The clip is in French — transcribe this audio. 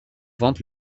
vante